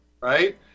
right